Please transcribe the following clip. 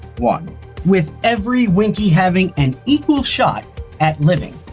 but with every winkey having an equal shot at living.